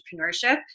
entrepreneurship